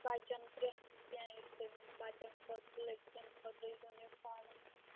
بچَن پرٛٮ۪تھ کیٚنٛہہ یُس تُہۍ ؤنِو بَچَن خٲطرٕ لٔڑکِیَن خٲطرٕ یُونِفَارم